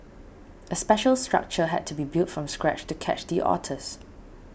a special structure had to be built from scratch to catch the otters